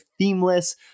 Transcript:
themeless